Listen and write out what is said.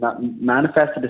manifested